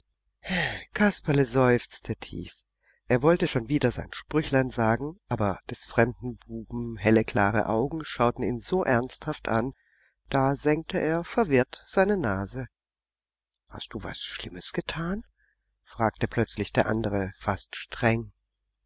kasperle seufzte tief er wollte schon wieder sein sprüchlein sagen aber des fremden buben helle klare augen schauten ihn so ernsthaft an da senkte er verwirrt seine nase hast du was schlimmes getan fragte plötzlich der andere fast streng